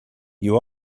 you